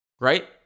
right